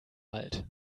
alt